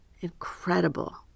Incredible